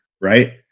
right